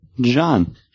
John